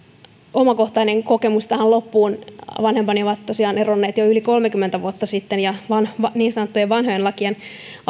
omakohtainen kokemus tähän loppuun vanhempani ovat tosiaan eronneet jo yli kolmekymmentä vuotta sitten ja niin sanottujen vanhojen lakien